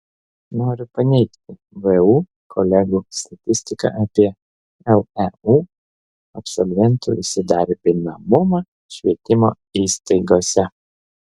noriu paneigti vu kolegų statistiką apie leu absolventų įsidarbinamumą švietimo įstaigose